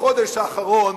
בחודש האחרון,